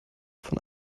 von